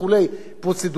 אני מסיים.